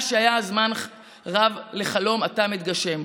מה שהיה זמן רב לחלום, עתה מתגשם.